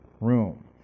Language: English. Room